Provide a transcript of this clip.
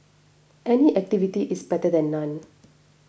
any activity is better than none